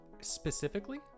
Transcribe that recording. specifically